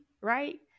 right